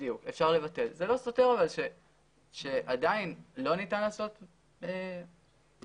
זה לא סותר שעדיין לא ניתן לעשות שינוי